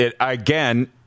again